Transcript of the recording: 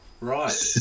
right